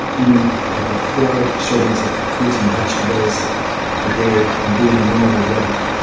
eating about four servings of fruits and vegetables a day, and being a normal weight.